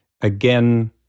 again